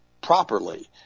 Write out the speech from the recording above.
properly